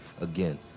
Again